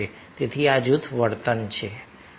તેથી આ જૂથ વર્તન છે